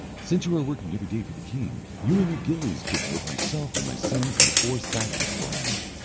since you are working every day for the king, you and your gillies could put myself and my sons into four sacks of bran.